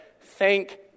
thank